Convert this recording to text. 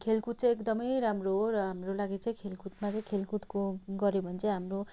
खेलकुद चाहिँ एकदमै राम्रो हो र हाम्रो लागि चाहिँ खेलकुदमा चाहिँ खेलकुदको गर्यो भन् चाहिँ हाम्रो